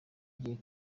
ugiye